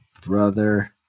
Brother